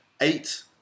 Eight